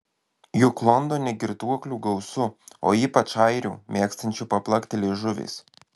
juk londone girtuoklių gausu o ypač airių mėgstančių paplakti liežuviais